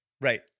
Right